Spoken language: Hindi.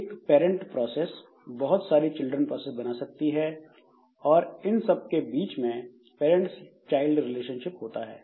एक पैरंट प्रोसेस बहुत सारी चिल्ड्रन प्रोसेस बना सकती है और इन सब के बीच में पैरंट चाइल्ड रिलेशनशिप होता है